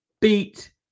beat